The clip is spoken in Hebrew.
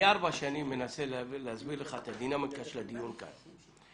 אני ארבע שנים מנסה להסביר לך את הדינמיקה של הדיון כאן.